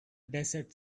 desert